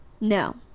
no